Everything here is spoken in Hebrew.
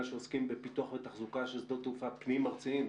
שעוסקים בפיתוח ותחזוקה של שדות תעופה פנים ארציים.